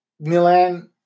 Milan